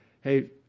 Hey